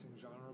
genre